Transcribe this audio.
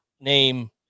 name